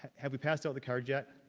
have we passed out the cards yet?